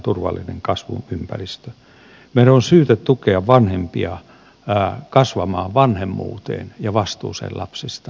meidän on syytä tukea vanhempia kasvamaan vanhemmuuteen ja vastuuseen lapsista